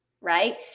Right